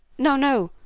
no, no,